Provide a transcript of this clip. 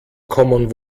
common